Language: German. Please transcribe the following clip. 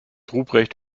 ruprecht